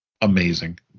amazing